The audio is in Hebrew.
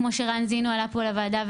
כמו שרן זנו העלה פה לוועדה,